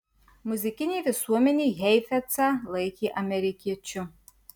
muzikinė visuomenė heifetzą laikė amerikiečiu